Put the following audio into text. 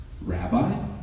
Rabbi